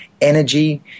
energy